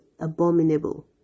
abominable